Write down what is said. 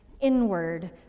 inward